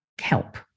help